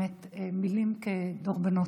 באמת מילים כדרבונות.